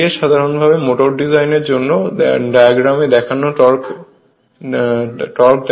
TS সাধারণভাবে motor ডিজাইনের জন্য ডায়াগ্রামে দেখানো টর্ক